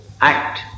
Act